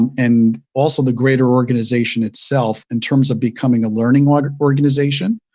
and also the greater organization itself in terms of becoming a learning like organization.